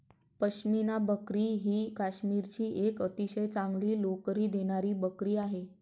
पश्मिना बकरी ही काश्मीरची एक अतिशय चांगली लोकरी देणारी बकरी आहे